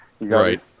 Right